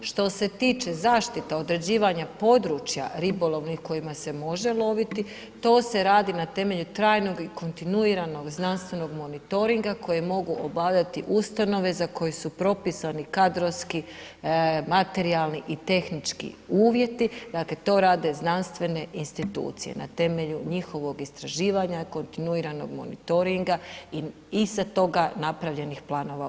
Što se tiče zaštite određivanja područja ribolovnih u kojima se može loviti, to se radi na temelju trajnog i kontinuiranog znanstvenog monitoringa koji mogu obavljati ustanove za koju su propisani kadrovski, materijalni i tehnički uvjeti, dakle, to rade znanstvene institucije na temelju njihovog istraživanja, kontinuiranog monitoringa i sa toga napravljenih planova upravljanja.